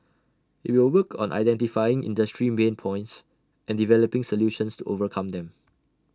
IT will work on identifying industry pain points and developing solutions to overcome them